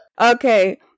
Okay